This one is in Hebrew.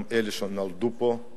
גם אלה שנולדו פה,